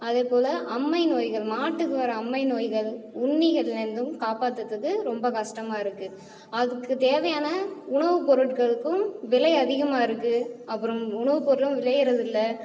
அதேபோல் அம்மை நோய்கள் மாட்டுக்கு வர அம்மை நோய்கள் உண்ணிகளிலருந்தும் காப்பாற்றறதுக்கு ரொம்ப கஷ்டமாக இருக்குது அதுக்கு தேவையான உணவு பொருட்களுக்கும் விலை அதிகமாக இருக்குது அப்புறம் உணவு பொருளும் விளைகிறது இல்லை